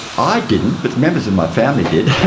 i didn't, but members of my family did.